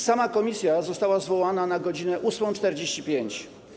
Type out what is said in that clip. Sama komisja została zwołana na godz. 8.45.